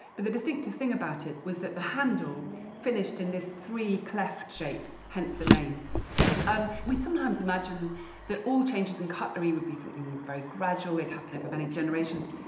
but the distinctive thing about it was that the handle finished in this three-cleft shape. hence the name um we sometimes imagine that all changes in cutlery would be something very gradual, they'd happen over many generations.